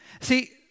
See